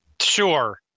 Sure